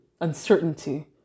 uncertainty